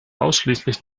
ausschließlich